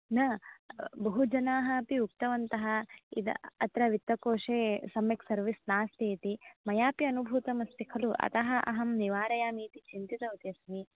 न बहु जनाः अपि उक्तवन्तः इदा अत्र वित्तकोशे सम्यक् सर्विस् नास्तीति मयापि अनुभूतमस्ति खलु अतः अहं निवारयामि इति चिन्तितवती अस्मि